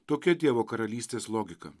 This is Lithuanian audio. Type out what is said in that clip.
tokia dievo karalystės logika